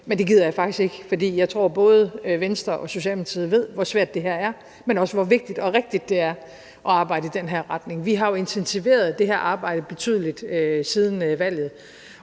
men det gider jeg faktisk ikke, for jeg tror, at både Venstre og Socialdemokratiet ved, hvor svært det her er, men også, hvor vigtigt og rigtigt det er at arbejde i den her retning. Vi har jo intensiveret det her arbejde betydeligt siden valget